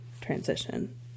transition